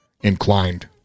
inclined